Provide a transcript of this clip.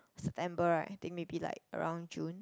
September right I think maybe like around June